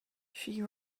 she